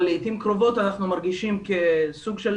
אבל לעתים קרובות אנחנו מרגישים כסוג של